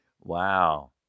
wow